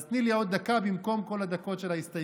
אז תני לי עוד דקה במקום כל הדקות של ההסתייגויות.